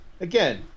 Again